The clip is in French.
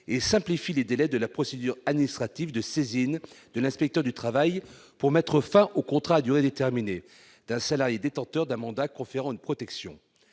en simplifiant les délais de la procédure administrative de saisine de l'inspecteur du travail pour mettre fin au contrat à durée déterminée d'un salarié détenteur d'un mandat conférant une protection.